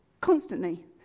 Constantly